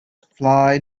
fly